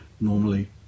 normally